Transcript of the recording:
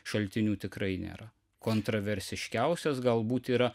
šaltinių tikrai nėra kontroversiškiausios galbūt yra